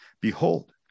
Behold